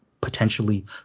potentially